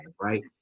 right